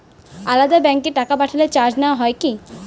আলাদা ব্যাংকে টাকা পাঠালে চার্জ নেওয়া হয় কি?